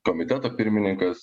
komiteto pirmininkas